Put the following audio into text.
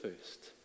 first